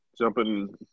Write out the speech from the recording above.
jumping